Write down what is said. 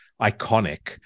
iconic